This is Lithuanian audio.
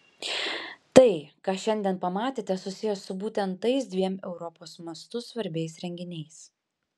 tai ką šiandien pamatėte susiję su būtent tais dviem europos mastu svarbiais renginiais